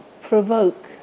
provoke